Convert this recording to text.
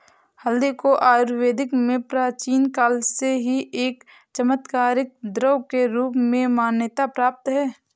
हल्दी को आयुर्वेद में प्राचीन काल से ही एक चमत्कारिक द्रव्य के रूप में मान्यता प्राप्त है